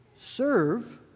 serve